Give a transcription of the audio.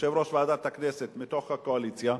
יושב-ראש ועדת הכנסת מתוך הקואליציה,